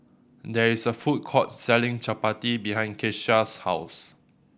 there is a food court selling Chapati behind Keshia's house